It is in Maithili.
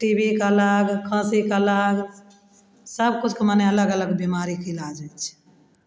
टी बी के अलग खाँसीके अलग सबकिछुके मने अलग अलग बीमारीके इलाज होइ छै